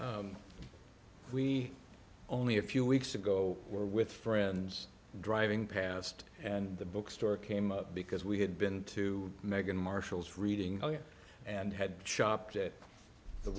n we only a few weeks ago were with friends driving past and the bookstore came up because we had been to meghan marshall's reading and had shopped it the